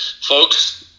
folks